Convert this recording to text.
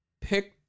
pick